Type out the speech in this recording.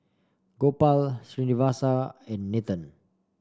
Gopal Srinivasa and Nathan